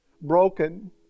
broken